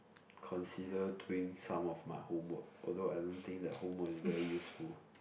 consider doing some of my homework although I don't think that homework is very useful